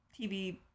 TV